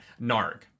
Narg